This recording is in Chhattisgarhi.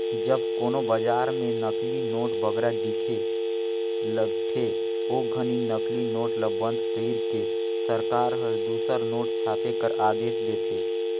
जब कोनो बजार में नकली नोट बगरा दिखे लगथे, ओ घनी नकली नोट ल बंद कइर के सरकार हर दूसर नोट छापे कर आदेस देथे